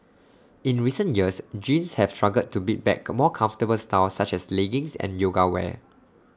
in recent years jeans have struggled to beat back more comfortable styles such as leggings and yoga wear